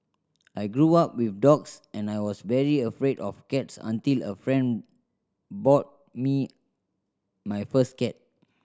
I grew up with dogs and I was very afraid of cats until a friend bought me my first cat